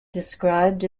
described